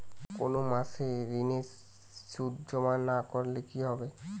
কোনো মাসে ঋণের সুদ জমা না করলে কি হবে?